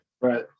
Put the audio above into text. Right